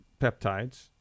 peptides